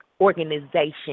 organization